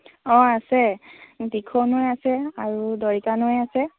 অঁ আছে দিখৌ নৈ আছে আৰু দৰিকা নৈ আছে